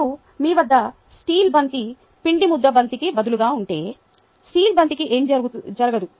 ఇప్పుడు మీ వద్ద స్టీల్ బoతి పిండిముద్ద బoతికి బదులుగా ఉంటే స్టీల్ బoతికి ఏమీ జరగదు